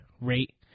rate